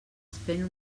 fent